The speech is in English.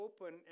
open